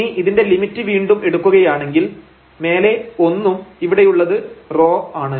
ഇനി ഇതിന്റെ ലിമിറ്റ് വീണ്ടും എടുക്കുകയാണെങ്കിൽ മേലെ ഒന്നും ഇവിടെയുള്ളത് ρ ആണ്